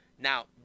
Now